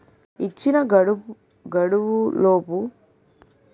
ఇచ్చిన గడువులోపు డిస్బర్స్మెంట్ జరగకపోతే ఎవరిని సంప్రదించాలి?